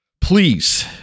Please